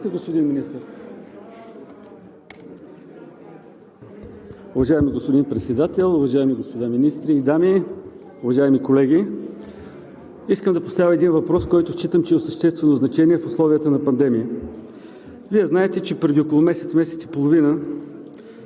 Вие знаете, че преди около месец-месец и половина